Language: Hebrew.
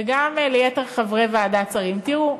וגם ליתר חברי ועדת השרים: תראו,